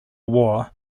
war